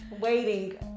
Waiting